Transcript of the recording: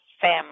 family